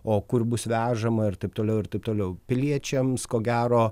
o kur bus vežama ir taip toliau ir taip toliau piliečiams ko gero